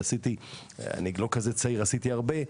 ועשיתי הרבה,